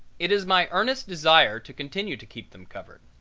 it is my earnest desire to continue to keep them covered.